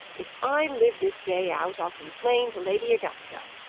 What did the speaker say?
if i live this day out, i'll complain to lady augusta!